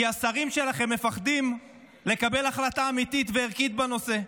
כי השרים שלכם מפחדים לקבל החלטה אמיתית וערכית בנושא.